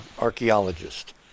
archaeologist